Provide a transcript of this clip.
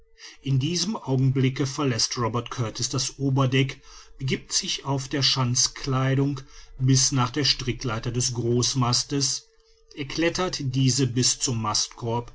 in diesem augenblicke verläßt robert kurtis das oberdeck begiebt sich auf der schanzkleidung bis nach der strickleiter des großmastes erklettert diese bis zum mastkorb